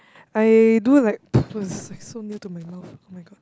I do like it's it's like so near to my mouth [oh]-my-god